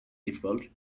difficult